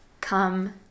come